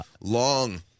long